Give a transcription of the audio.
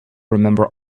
remember